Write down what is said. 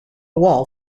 wall